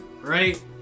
right